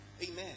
Amen